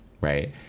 right